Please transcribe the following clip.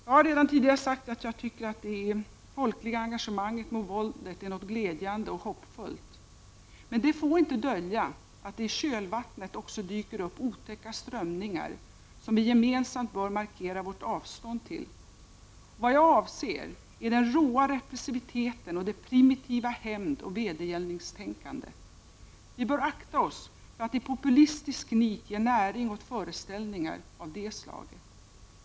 Jag har redan tidigare sagt att jag tycker att det folkliga engagemanget mot våldet är något glädjande och hoppfullt, men det får inte dölja att det i kölvattnet också dyker upp otäcka strömningar, som vi gemensamt bör markera vårt avstånd till. Vad jag avser är den råa repressiviteten och det primitiva hämndoch vedergällningstänkandet. Vi bör akta oss för att i populistiskt nit ge näring åt föreställningar av det slaget.